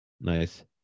Nice